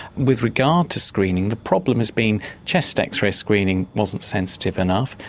with regard to screening the problem has been chest x-ray screening wasn't sensitive enough,